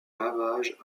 lavage